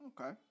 Okay